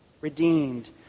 redeemed